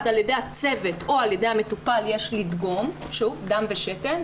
על ידי הצוות או על ידי המטופל יש לדגום דם ושתן,